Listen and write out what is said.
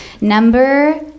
Number